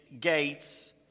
gates